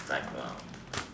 drive around